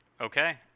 Okay